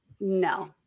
no